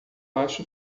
acho